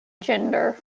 gender